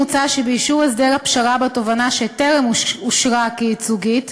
מוצע שבאישור הסדר הפשרה בתובענה שטרם אושרה כייצוגית,